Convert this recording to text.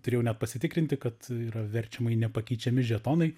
turėjau net pasitikrinti kad yra verčiama į nepakeičiami žetonai